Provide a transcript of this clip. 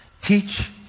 teach